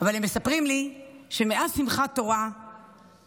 אבל הם מספרים לי שמאז שמחת תורה הוא